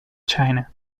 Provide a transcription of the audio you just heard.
china